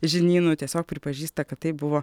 žinynų tiesiog pripažįsta kad tai buvo